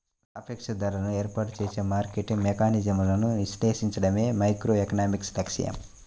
సాపేక్ష ధరలను ఏర్పాటు చేసే మార్కెట్ మెకానిజమ్లను విశ్లేషించడమే మైక్రోఎకనామిక్స్ లక్ష్యం